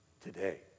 today